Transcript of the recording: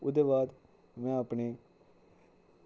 ओह्दे बाद में अपने